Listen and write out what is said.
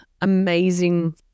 amazing